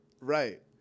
Right